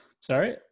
Sorry